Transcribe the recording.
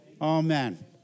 Amen